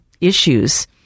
issues